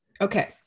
Okay